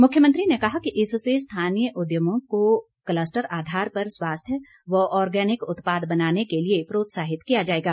मुख्यमंत्री ने कहा कि इससे स्थानीय उद्यमियों को कलस्टर आधार पर स्वास्थ्य व ऑर्गेनिक उत्पाद बनाने के लिए प्रोत्साहित किया जाएगा